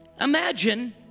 Imagine